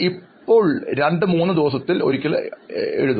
ഇപ്പോൾ രണ്ടു മൂന്നു ദിവസത്തിൽ ഒരിക്കൽ ആയിരിക്കണം